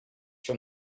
from